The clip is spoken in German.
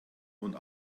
und